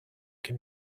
can